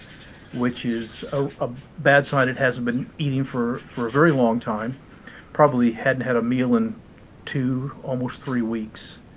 which is a bad sign it hasn't been eating for for a very long time probably hadn't had a meal in two, almost three weeks.